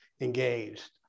engaged